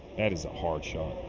that is a hard shot.